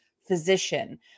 physician